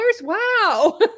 Wow